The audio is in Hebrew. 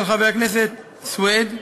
של חברת הכנסת סויד,